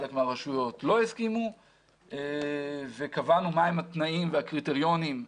חלק מהרשויות לא הסכימו וקבענו מה הם התנאים והקריטריונים,